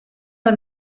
del